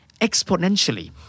exponentially